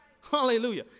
Hallelujah